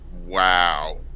wow